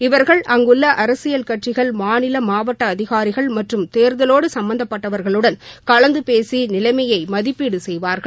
இவர்கள் அங்குள்ள அரசியல் கட்சிகள் மாநில மாவட்ட அதிகாரிகள் மற்றும் தேர்தலோடு சம்பந்தப்பட்டவா்களுடன் கலந்து பேசி நிலைமையை மதிப்பீடு செய்வாா்கள்